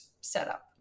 setup